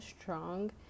strong